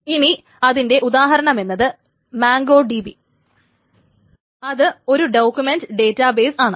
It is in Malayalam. ഇനി അതിന്റെ ഉദാഹരണമെന്നത് മോംഗോ DB അത് ഒരു ഡോക്യൂമെന്റ് ഡേറ്റാ ബേസ് ആണ്